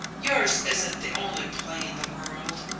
yours isn't the only play in the world!